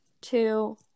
two